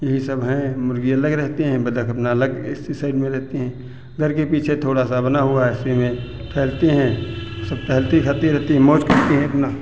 यही सब हैं मुर्गी अलग रहते हैं बतख अपना अलग एसी साइड में रहती हैं घर के पीछे थोड़ा सा बना हुआ है उसी में टहलती हैं सब टहलती खाती रहती हैं मौज करती हैं अपना